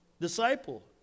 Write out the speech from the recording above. disciple